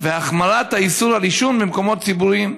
והחמרת האיסור על עישון במקומות ציבוריים,